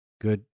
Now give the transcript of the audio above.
good